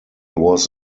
was